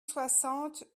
soixante